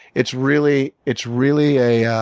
it's really it's really a